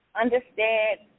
understand